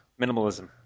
minimalism